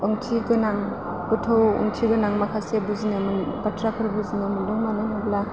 ओंथिगोनां गोथौ ओंथिगोनां माखासे बुजिनो बाथ्राफोर बुजिनो मोन्दों मानो होनोब्ला